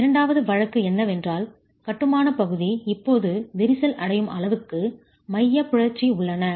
இரண்டாவது வழக்கு என்னவென்றால் கட்டுமானப் பகுதி இப்போது விரிசல் அடையும் அளவுக்கு மையப் பிறழ்ச்சி உள்ளன